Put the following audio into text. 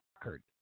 record